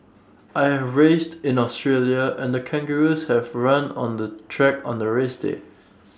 I have raced in Australia and kangaroos have run on the track on the race day